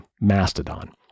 Mastodon